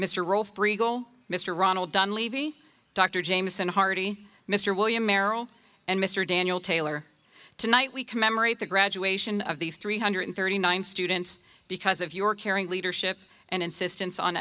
mister mr ronald dunn levy dr jamison hardy mr william merrill and mr daniel taylor tonight we commemorate the graduation of these three hundred thirty nine students because of your caring leadership and insistence on